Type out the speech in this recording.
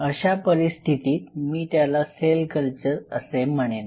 अशा परिस्थितीत मी त्याला सेल कल्चर असे म्हणेन